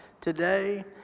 today